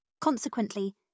Consequently